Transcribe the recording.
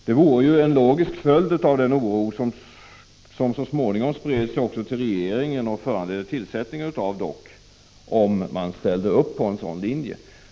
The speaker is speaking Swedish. Det vore en logisk följd av den oro som så småningom spred sig till regeringen och föranledde tillsättandet av DOK, om man ställde upp på en sådan linje.